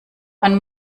man